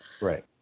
right